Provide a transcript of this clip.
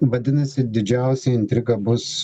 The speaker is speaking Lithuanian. vadinasi didžiausia intriga bus